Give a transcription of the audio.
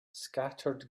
scattered